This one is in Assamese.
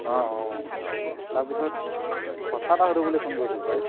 অঁ অঁ তাৰপিছত কথা এটা সোধোঁ বুলি ফোন কৰিছিলোঁ পাই